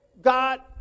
God